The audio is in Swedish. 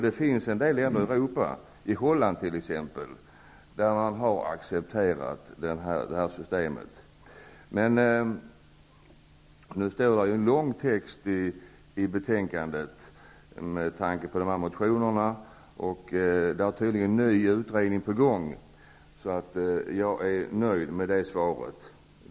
En del länder i Europa, t.ex. Holland, har accepterat det systemet. Nu finns det en lång text i betänkandet med anledning av dessa motioner, och tydligen är en ny utredning på gång. Jag är alltså nöjd med det svaret.